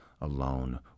alone